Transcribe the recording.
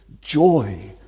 joy